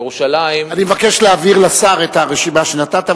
אני מבקש להעביר לשר את הרשימה שנתת,